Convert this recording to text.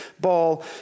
ball